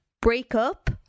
breakup